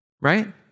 right